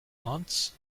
aunts